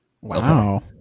Wow